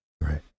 Right